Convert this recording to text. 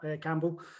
Campbell